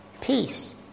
peace